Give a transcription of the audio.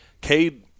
Cade –